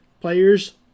Players